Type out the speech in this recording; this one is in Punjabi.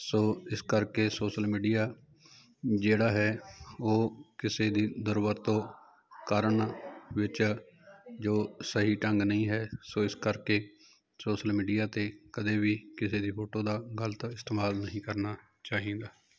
ਸੋ ਇਸ ਕਰਕੇ ਸੋਸ਼ਲ ਮੀਡੀਆ ਜਿਹੜਾ ਹੈ ਉਹ ਕਿਸੇ ਵੀ ਦੁਰਵਰਤੋਂ ਕਰਨ ਵਿੱਚ ਜੋ ਸਹੀ ਢੰਗ ਨਹੀਂ ਹੈ ਸੋ ਇਸ ਕਰਕੇ ਸੋਸ਼ਲ ਮੀਡੀਆ 'ਤੇ ਕਦੇ ਵੀ ਕਿਸੇ ਦੀ ਫੋਟੋ ਦਾ ਗਲਤ ਇਸਤੇਮਾਲ ਨਹੀਂ ਕਰਨਾ ਚਾਹੀਦਾ